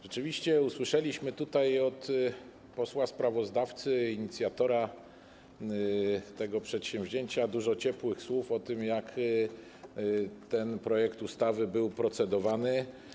Rzeczywiście usłyszeliśmy tutaj od posła sprawozdawcy, inicjatora tego przedsięwzięcia, dużo ciepłych słów o tym, jak ten projekt ustawy był procedowany.